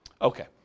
Okay